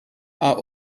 are